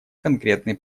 конкретный